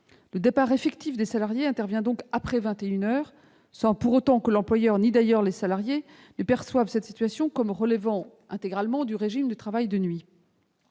Le départ effectif des salariés a donc lieu après 21 heures, sans pour autant que l'employeur ni d'ailleurs les salariés perçoivent cette situation comme relevant intégralement du régime du travail de nuit.